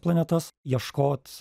planetas ieškot